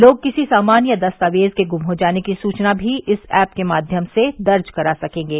लोग किसी सामान या दस्तावेज के गुम हो जाने की सूचना भी इस एप के माध्यम से दर्ज करा सकेंगे